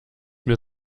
mir